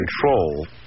control